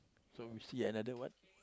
so we see another what